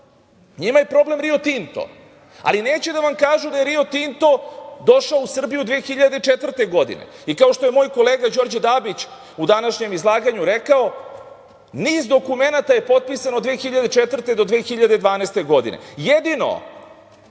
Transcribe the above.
Njima je problem „Rio Tinto“, ali neće da vam kažu da je „Rio Tinto“ došao u Srbiju 2004. godine. I kao što je moj kolega Đorđe Dabić u današnjem izlaganju rekao, niz dokumenata je potpisano od 2004. do 2012. godine. Jedino